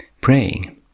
praying